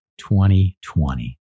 2020